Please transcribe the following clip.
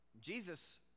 Jesus